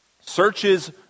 searches